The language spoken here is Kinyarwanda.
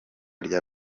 rya